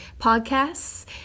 podcasts